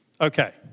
Okay